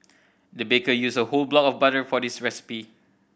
the baker used a whole block of butter for this recipe